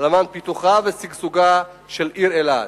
למען פיתוחה ושגשוגה של העיר אילת,